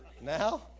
Now